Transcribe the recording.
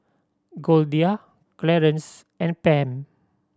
Goldia Clarence and Pam